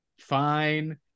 fine